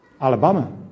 Alabama